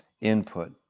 input